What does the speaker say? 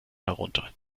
herunter